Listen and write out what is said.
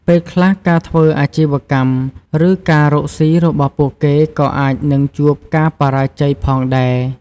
ពេលខ្លះ ការធ្វើអាជីវកម្ម ឬការរកស៊ីរបស់ពួកគេក៏អាចនឹងជួបការបរាជ័យផងដែរ។